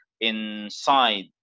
inside